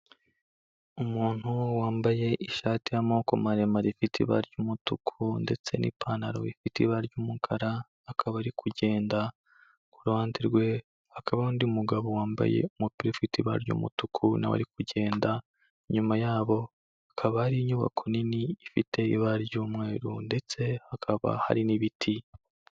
Umuntu wambaye ishati y'amoko maremare ifite ibara ry'umutuku ndetse n'ipantaro ifite ibara ry'umukara akaba ari kugenda. Ku ruhande rwe hakabaho undi mugabo wambaye umupira ufite ibara ry'umutuku na we ari kugenda, inyuma yabo hakaba hari inyubako nini ifite ibara ry'umweru ndetse hakaba hari n'ibiti.